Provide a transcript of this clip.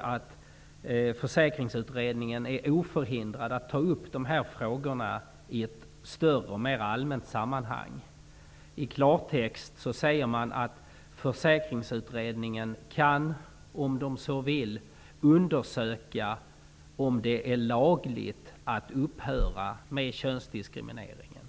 att Försäkringsutredningen är oförhindrad att ta upp dessa frågor i ett större och mer allmänt sammanhang. I klartext säger man att Försäkringsutredningen kan, om den så vill, undersöka om det är lagligt att upphöra med könsdiskrimineringen.